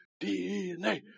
DNA